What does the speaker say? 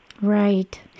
Right